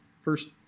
First